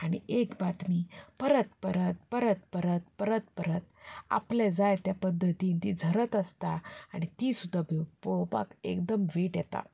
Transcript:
आनी एक बातमी परत परत परत परत परत परत आपल्याक जाय ते पद्दतीन ती झरत आसता आनी ती सुद्दां पळोवपाक एकदम वीट येता